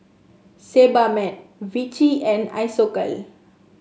Sebamed Vichy and Isocal